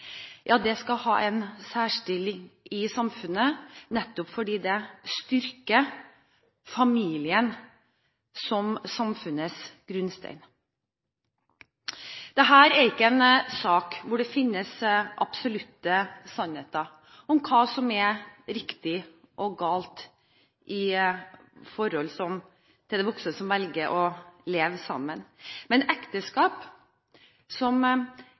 skal ha en særstilling i samfunnet, nettopp fordi det styrker familien som samfunnets grunnstein. Dette er ikke en sak hvor det finnes absolutte sannheter om hva som er riktig og galt i forhold til de voksne som velger å leve sammen. Men ekteskap er den institusjonen som